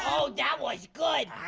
oh, that was good!